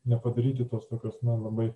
nepadaryti tos tokios na labai